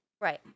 Right